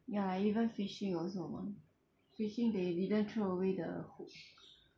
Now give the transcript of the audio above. ya even fishing also mah fishing they didn't throw away the hook